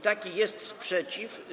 Taki jest sprzeciw.